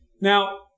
Now